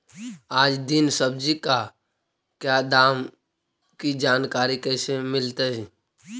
आज दीन सब्जी का क्या दाम की जानकारी कैसे मीलतय?